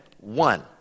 one